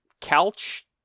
couch